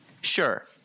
sure